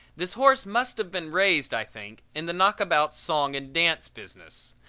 this horse must have been raised, i think, in the knockabout song-and-dance business.